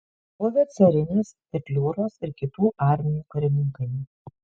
buvę carinės petliūros ir kitų armijų karininkai